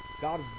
God